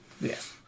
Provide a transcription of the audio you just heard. Yes